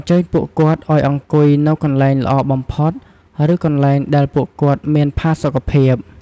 អញ្ជើញពួកគាត់ឲ្យអង្គុយនៅកន្លែងល្អបំផុត ឬកន្លែងដែលពួកគាត់មានផាសុកភាព។